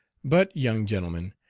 but, young gentlemen,